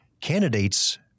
candidates